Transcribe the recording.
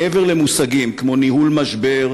מעבר למושגים כמו "ניהול משבר",